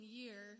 year